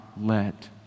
let